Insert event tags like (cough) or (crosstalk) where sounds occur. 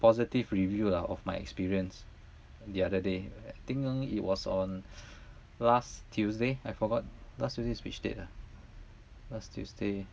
positive review lah of my experience the other day I think it was on (breath) last tuesday I forgot last tuesday is which date ah last tuesday